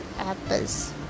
apples